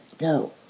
No